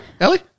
Ellie